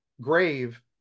grave